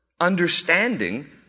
understanding